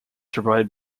provided